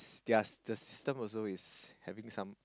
theirs the system also is having some